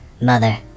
Mother